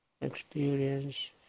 experience